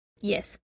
Yes